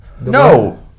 No